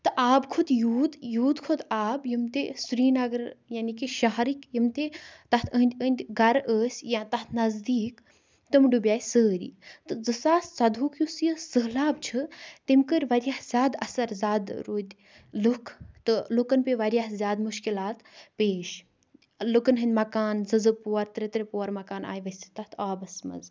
تہٕ آب کھوٚت یوت یوت کھوٚت آب یِم تہِ سِرینگَر یعنی کہِ شہرِک یِم تہٕ تَتھ أندۍ أندۍ گَرٕ ٲسۍ یا تَتھ نَزدیک تم ڈُبے سٲری تہٕ زٕ ساس ژۄداہُک یُس یہِ سہلاب چھُ تٔمۍ کٔر واریاہ زیادٕ اثر ذادٕ رودۍ لُکھ تہٕ لُکَن پیٚیہِ واریاہ زیادٕ مشکٕلات پیش لُکَن ہٕندۍ مکانہٕ زٕ زٕ پور ترےٚ ترےٚ پور مکانہٕ آیہِ ؤسِتھ تَتھ آبس منٛز